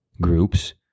groups